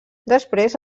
després